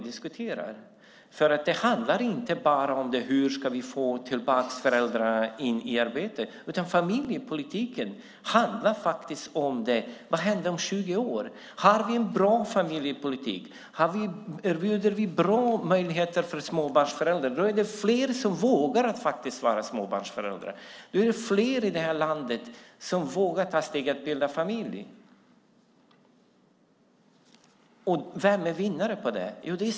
Det handlar inte bara om hur vi ska få föräldrarna tillbaka i arbete. Familjepolitiken handlar om vad som händer om 20 år. Har vi en bra familjepolitik, erbjuder vi bra möjligheter för småbarnsföräldrar, då är det fler som vågar vara småbarnsföräldrar, fler i landet som vågar ta steget och bilda familj. Vem är vinnare på det?